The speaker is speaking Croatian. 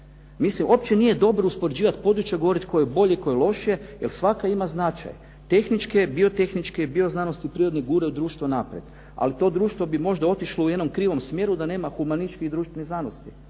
Uopće nije dobro uspoređivat područja, govorit koje je bolji, koje lošije jer svaka ima značaj. Tehničke, biotehničke, bioznanosti i prirodne guraju društvo naprijed, ali to društvo bi možda otišlo u jednom krivom smjeru da nema humanističkih i društvenih znanosti.